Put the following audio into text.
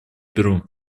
перу